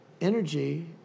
energy